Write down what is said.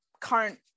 current